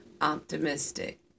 optimistic